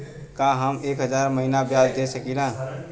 का हम एक हज़ार महीना ब्याज दे सकील?